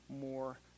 more